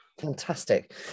Fantastic